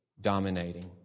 dominating